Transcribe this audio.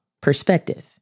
perspective